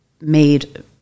made